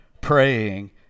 praying